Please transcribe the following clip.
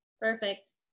Perfect